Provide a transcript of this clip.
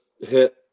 hit